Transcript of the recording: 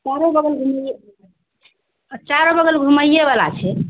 चारो बगल घूमैए चारो बगल घूमैए बला छै